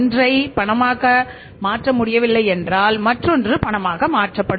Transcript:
ஒன்றை பணமாக மாற்றமுடியாது என்றால் மற்றொன்று பணமாக மாற்றப்படும்